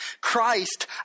Christ